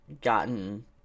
gotten